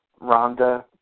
Rhonda